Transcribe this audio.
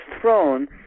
throne